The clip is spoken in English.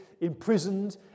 imprisoned